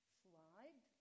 slide